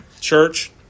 church